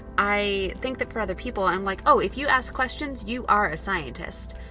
i think that for other people, i'm like, oh, if you ask questions, you are a scientist.